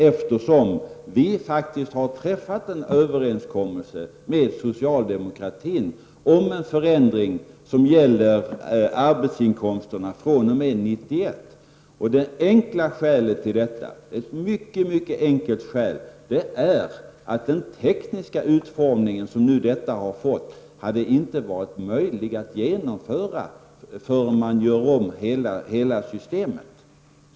Vi har faktiskt träffat en överenskommelse med socialdemokratin om en förändring som gäller ar betsinkomsterna fr.o.m. 1991. Det mycket enkla skälet till detta är att den tekniska utformning som nu detta förslag har fått hade inte varit möjlig att genomföra förrän man gör om hela systemet.